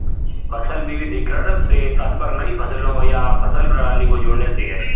फसल विविधीकरण से तात्पर्य नई फसलों या फसल प्रणाली को जोड़ने से है